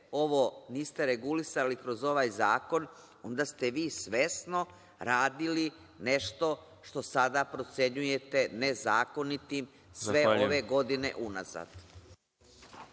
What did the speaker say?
ovo niste regulisali kroz ovaj zakon, onda ste vi svesno radili nešto što sada procenjujete nezakonitim sve ove godine unazad.